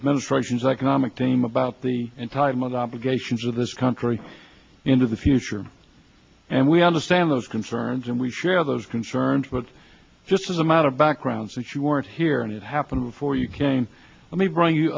administration's economic team about the entitlement obligations of this country into the future and we understand those concerns and we share those concerns but just as amount of backgrounds that you weren't here and it happened before you came let me bring you